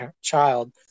child